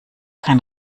kein